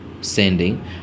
sending